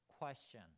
question